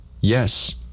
Yes